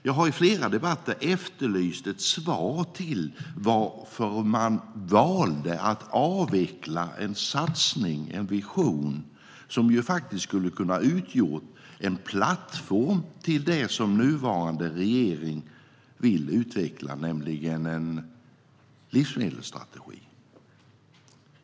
Jag har i flera debatter efterlyst ett svar på varför man valde att avveckla en satsning, en vision, som skulle kunna ha utgjort en plattform till det som nuvarande regering vill utveckla, nämligen en livsmedelsstrategi.